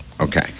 Okay